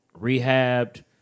rehabbed